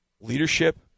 leadership